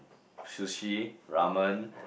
sushi ramen